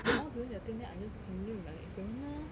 they all doing their thing then I just continue with my experiment orh